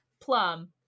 Plum